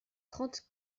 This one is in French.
trente